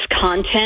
content